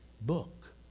book